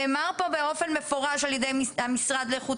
נאמר פה באופן מפורש על ידי המשרד לאיכות